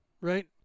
right